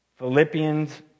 Philippians